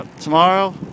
Tomorrow